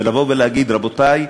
ולבוא ולהגיד: רבותי,